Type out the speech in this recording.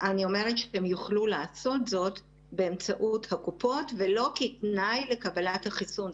אני אומרת שהם יוכלו לעשות זאת באמצעות הקופות ולא כתנאי לקבלת החיסון.